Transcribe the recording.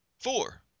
four